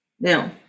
Now